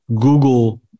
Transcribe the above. Google